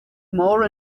more